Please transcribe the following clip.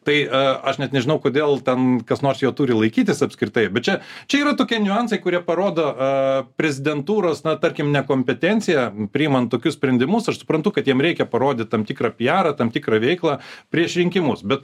tai aš net nežinau kodėl ten kas nors jo turi laikytis apskritai bet čia čia yra tokie niuansai kurie parodo a prezidentūros na tarkim nekompetenciją priimant tokius sprendimus aš suprantu kad jiems reikia parodyt tam tikrą pijerą tam tikrą veiklą prieš rinkimus bet